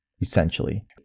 essentially